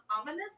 Ominous